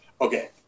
Okay